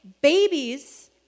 babies